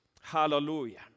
Hallelujah